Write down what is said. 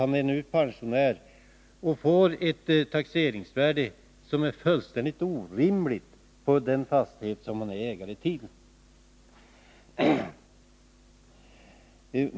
Han får ett taxeringsvärde på den fastighet han är ägare till som är fullständigt orimligt.